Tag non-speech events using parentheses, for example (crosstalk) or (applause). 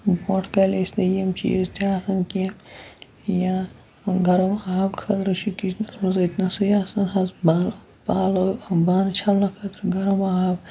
برونٛٹھ کالہِ ٲسۍ نہٕ یِم چیٖز تہِ آسان کینٛہہ یا گَرَم آب خٲطرٕ چھُ کِچنَس منٛز أتنَسٕے آسان حظ (unintelligible) پَلو بانہٕ چھَلنہٕ خٲطرٕ گَرٕم آب